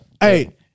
hey